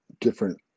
different